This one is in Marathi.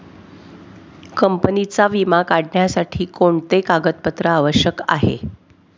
कंपनीचा विमा काढण्यासाठी कोणते कागदपत्रे आवश्यक आहे?